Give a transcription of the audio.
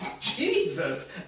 Jesus